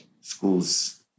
schools